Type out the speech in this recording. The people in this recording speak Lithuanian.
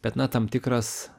bet na tam tikras